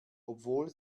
obwohl